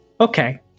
Okay